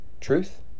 truth